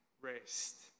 rest